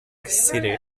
city